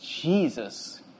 Jesus